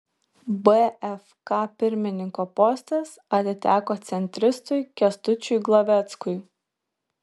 bfk pirmininko postas atiteko centristui kęstučiui glaveckui